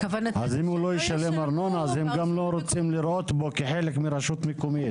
אם הוא לא ישלם ארנונה אז הם גם לא רוצים לראות בו חלק מרשות מקומית.